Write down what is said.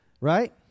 Right